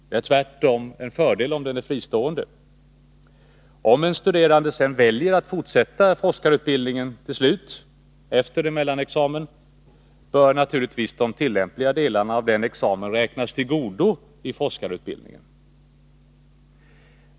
Det är tvärtom en fördel om den är fristående. Om en studerande sedan väljer att slutföra sin forskarutbildning efter mellanexamen, bör naturligtvis tillämpliga delar av den examen räknas till godo inom forskarutbildningen.